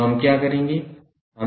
तो हम क्या करेंगे